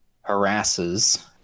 harasses